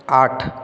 আট